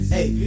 Hey